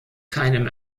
keinem